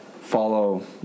follow